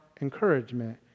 encouragement